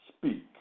Speak